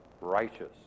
righteous